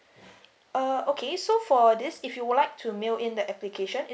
uh okay so for this if you would like to mail in the application